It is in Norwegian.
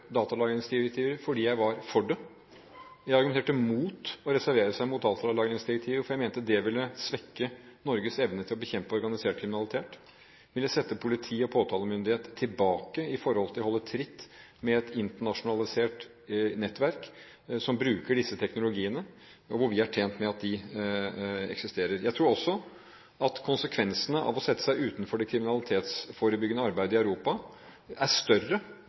datalagringsdirektivet fordi jeg var for det. Jeg argumenterte mot å reservere seg mot datalagringsdirektivet fordi jeg mente det ville svekke Norges evne til å bekjempe organisert kriminalitet, det ville sette politi og påtalemyndighet tilbake i forhold til å holde tritt med et internasjonalisert nettverk som bruker disse teknologiene, som vi er tjent med eksisterer. Jeg tror også at konsekvensene av å sette seg utenfor det kriminalitetsforebyggende arbeidet i Europa er større